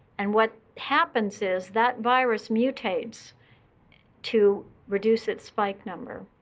and what happens is that virus mutates to reduce its spike number.